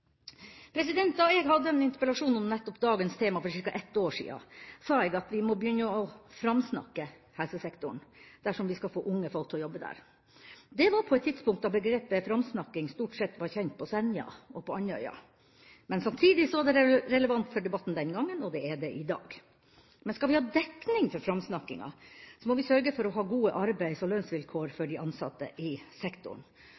utdanninga. Da jeg hadde en interpellasjon om nettopp dagens tema for ca. ett år siden, sa jeg at vi måtte begynne å «framsnakke» helsesektoren dersom vi skal få unge folk til å jobbe der. Det var på et tidspunkt da begrepet framsnakking stort sett kun var kjent på Senja og på Andøya, men samtidig var det relevant for debatten den gang, og det er det i dag. Men skal vi ha dekning for framsnakkinga, må vi sørge for å ha gode arbeids- og lønnsvilkår